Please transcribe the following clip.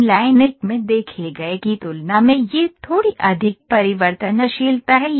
हम लाइन 1 में देखे गए की तुलना में यह थोड़ी अधिक परिवर्तनशीलता है